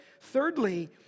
thirdly